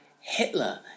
Hitler